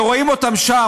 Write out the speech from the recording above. שרואים אותם שם,